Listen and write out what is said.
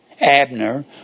Abner